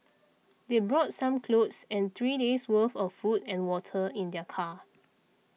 they brought some clothes and three days' worth of food and water in their car